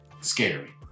scary